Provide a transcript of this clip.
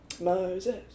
Moses